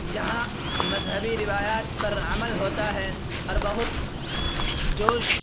یہاں مذہبی روایات پر عمل ہوتا ہے اور بہت جوش